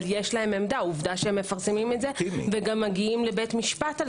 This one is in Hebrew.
יש להם עמדה עובדה שהם מפרסמים את זה וגם מגיעים לבית משפט על